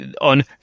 on